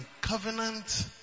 covenant